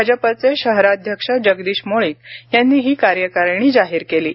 भाजपाचे शहराध्यक्ष जगदीश मुळीक यांनी ही कार्यकारणी जाहीर केली आहे